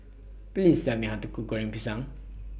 Please Tell Me How to Cook Goreng Pisang